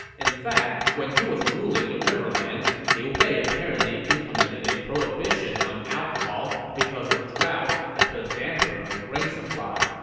in fact, when he was ruling the riverlands, liu bei apparently implemented a prohibition on alcohol because a drought had put a damper on the grain supply.